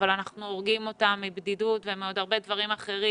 אבל אנחנו הורגים אותם מבדידות ומעוד הרבה דברים אחרים,